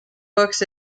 books